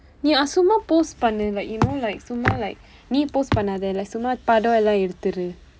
நீ:nii ah சும்மா:summaa post பண்ணு:pannu like you know like சும்மா:summaa like நீ:nii post பண்ணாத:pannaatha like சும்மா படம் எல்லாம் எடுத்துரு:summaa padam ellam eduththuru